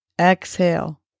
Exhale